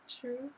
True